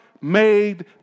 made